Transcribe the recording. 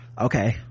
okay